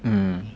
mm